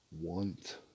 want